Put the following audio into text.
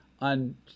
on